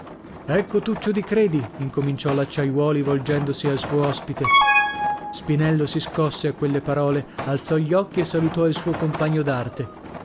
ecco tuccio di credi incominciò l'acciaiuoli volgendosi al suo ospite spinello si scosse a quelle parole alzò gli occhi e salutò il suo compagno d'arte